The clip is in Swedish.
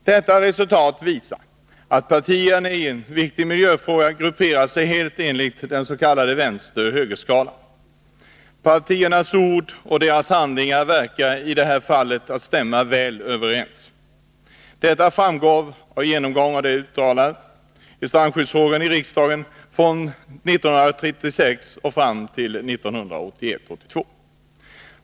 Detta resultat visar att partierna i en viktig miljöfråga grupperar sig helt enligt den s.k. vänster-höger-skalan. Partiernas ord och handlingar verkar i det här fallet stämma väl överens. Detta framgår av en genomgång av deras uttalanden i strandskyddsfrågan i riksdagen från 1936-1981.